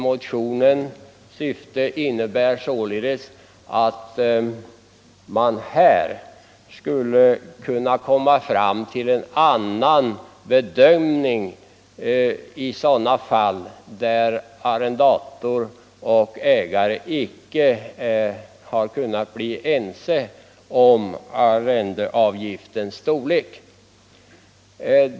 Motionens syfte är således att man här skulle kunna komma fram till en annan bedömning i sådana fall där arrendator och ägare icke har kunnat bli ense om arrendeavgiftens storlek.